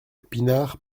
pinard